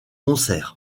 concert